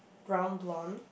brown blonde